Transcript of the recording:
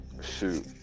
Shoot